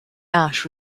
ash